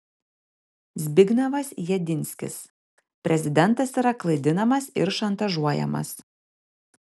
zbignevas jedinskis prezidentas yra klaidinamas ir šantažuojamas